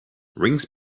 rings